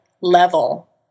level